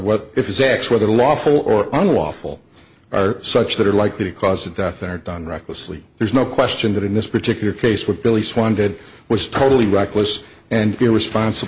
what if zack's whether lawful or unlawful are such that are likely to cause of death or are done recklessly there's no question that in this particular case what billy swan did was totally reckless and irresponsible